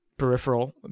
Peripheral